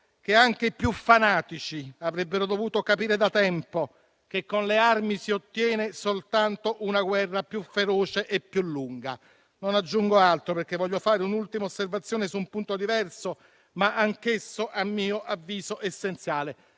che anche i più fanatici avrebbero dovuto capire da tempo che con le armi si ottiene soltanto una guerra più feroce e più lunga. Non aggiungo altro, perché voglio fare un'ultima osservazione su un punto diverso, ma anch'esso - a mio avviso - essenziale.